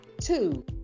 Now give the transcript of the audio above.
Two